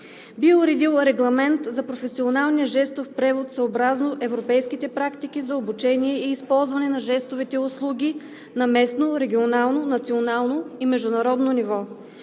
би уредил регламента за професионалния жестов превод съобразно европейските практики за обучение и използването на жестови услуги на местно, регионално, национално и международно ниво;